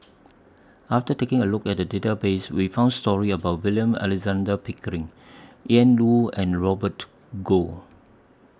after taking A Look At Database We found stories about William Alexander Pickering Ian Woo and Robert Goh